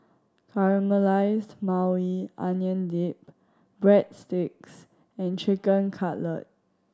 Caramelized Maui Onion Dip Breadsticks and Chicken Cutlet